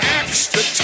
extra